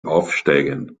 aufsteigen